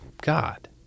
God